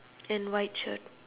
and white shirt